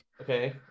Okay